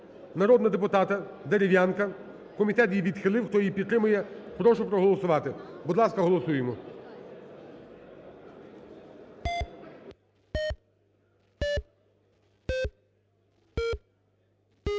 народного депутата Дерев'янка. Комітет її відхилив. Хто її підтримує, прошу проголосувати. Будь ласка, голосуємо.